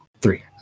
Three